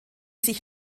sich